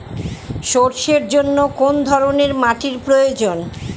সরষের জন্য কোন ধরনের মাটির প্রয়োজন?